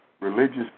religious